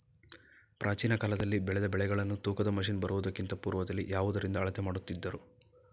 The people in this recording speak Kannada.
ಪ್ರಾಚೀನ ಕಾಲದಲ್ಲಿ ಬೆಳೆದ ಬೆಳೆಗಳನ್ನು ತೂಕದ ಮಷಿನ್ ಬರುವುದಕ್ಕಿಂತ ಪೂರ್ವದಲ್ಲಿ ಯಾವುದರಿಂದ ಅಳತೆ ಮಾಡುತ್ತಿದ್ದರು?